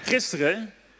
Gisteren